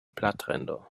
blattränder